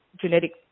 genetic